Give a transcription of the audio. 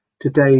Today